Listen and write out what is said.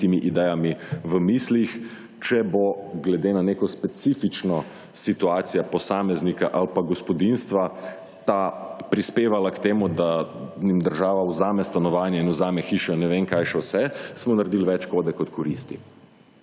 idejami v mislih, če bo, glede na neko specifično situacija posameznika ali pa gospodinjstva, ta prispevala k temu, da država vzame stanovanje in vzame hiše, ne vem, kaj še vse, smo naredili več škode, kot koristi.